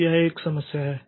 तो यह एक समस्या है